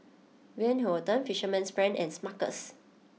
Van Houten Fisherman's friend and Smuckers